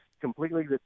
completely